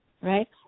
Right